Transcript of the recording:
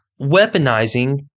weaponizing